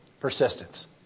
Persistence